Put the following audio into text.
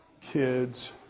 kids